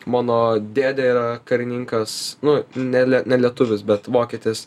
mano dėdė karininkas nu ne ne lietuvis bet vokietis